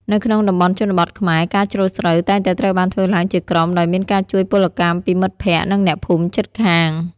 នៅក្នុងតំបន់ជនបទខ្មែរ ការច្រូតស្រូវតែងតែត្រូវបានធ្វើឡើងជាក្រុមដោយមានការជួយពលកម្មពីមិត្តភក្តិនិងអ្នកភូមិជិតខាង។